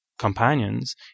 companions